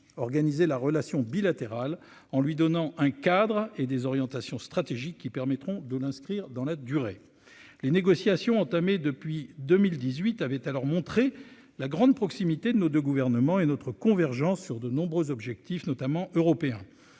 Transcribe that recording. organiser la relation bilatérale en lui donnant un cadre et des orientations stratégiques qui permettront de l'inscrire dans la durée les négociations entamées depuis 2018 avaient alors montré la grande proximité de nos 2 gouvernements et notre convergence sur de nombreux objectifs, notamment européens,